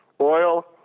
Oil